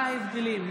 מהם ההבדלים?